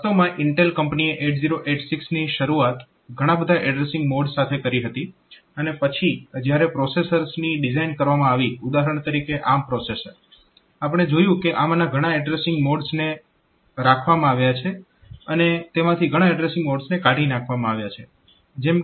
વાસ્તવમાં ઇન્ટેલ કંપનીએ 8086 ની શરૂઆત ઘણા બધા એડ્રેસીંગ મોડ્સ સાથે કરી હતી અને પછી જયારે પ્રોસેસર્સની ડિઝાઇન કરવામાં આવી ઉદાહરણ તરીકે ARM પ્રોસેસર આપણે જોયું કે આમાંના ઘણા એડ્રેસીંગ મોડ્સને રાખવામાં આવ્યા છે અને તેમાંથી ઘણા એડ્રેસીંગ મોડ્સને કાઢી નાખવામાં આવ્યા છે